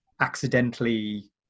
accidentally